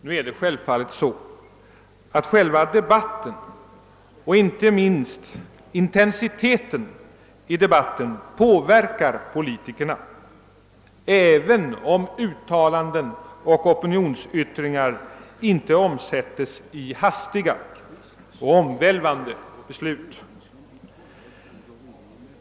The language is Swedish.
Naturligtvis påverkar själva debatten och inte minst intensiteten i den politikerna, även om uttalanden och opinionsyttringar inte omsättes i hastiga och omvälvande beslut.